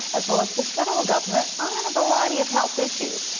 as well as the federal government on a variety of health issues,